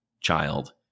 child